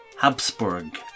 Habsburg